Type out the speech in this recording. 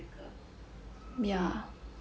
hmm